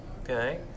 Okay